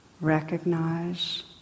recognize